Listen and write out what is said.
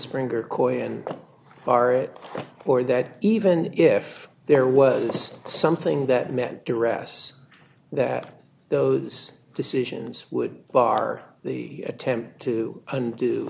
springer korean bar it or that even if there was something that meant duress that those decisions would bar the attempt to undo